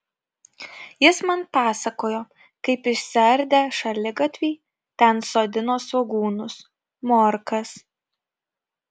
jis man pasakojo kaip išsiardę šaligatvį ten sodino svogūnus morkas